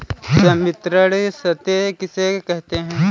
संवितरण शर्त किसे कहते हैं?